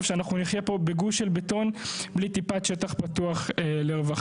שאנחנו נחיה פה בגוש של בטון בלי טיפת שטח פתוח לרווחה.